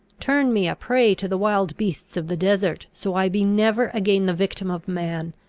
turn me a prey to the wild beasts of the desert, so i be never again the victim of man,